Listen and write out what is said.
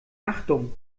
achtung